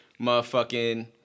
Motherfucking